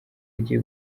agiye